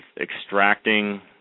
extracting